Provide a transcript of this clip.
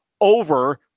over